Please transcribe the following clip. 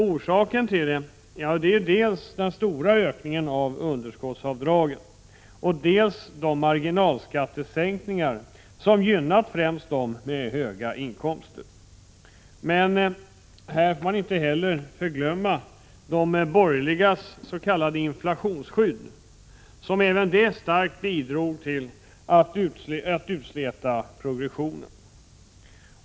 Orsaken är dels ökningen av underskottsavdragen, dels de marginalskattesänkningar som gynnat främst dem med höga inkomster. Men här får inte heller förglömmas de borgerligas s.k. inflationsskydd, som även det starkt bidragit till utslätningen av progressionen.